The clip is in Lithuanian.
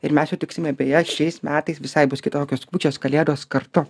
ir mes sutiksime beje šiais metais visai bus kitokios kūčios kalėdos kartu